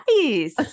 Nice